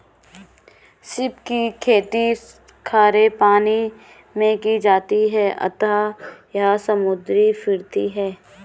सीप की खेती खारे पानी मैं की जाती है अतः यह समुद्री फिरती है